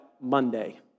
Monday